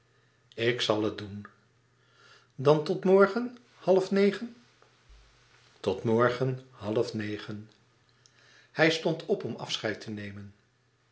ik zal het doen dan tot morgen half negen tot morgen half negen hij stond op om afscheid te nemen